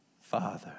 father